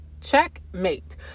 checkmate